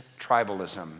tribalism